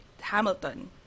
Hamilton